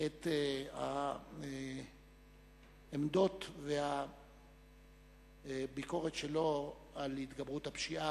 את העמדות והביקורת שלו על התגברות הפשיעה